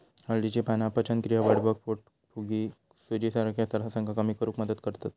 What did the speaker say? हळदीची पाना पचनक्रिया वाढवक, पोटफुगी, सुजीसारख्या त्रासांका कमी करुक मदत करतत